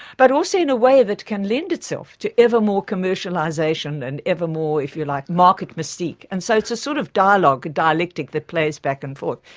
but also in a way that can lend itself to ever more commercialisation and ever more, if you like, market mystique. and so it's a sort of dialogue, a dialectic that plays back and forth,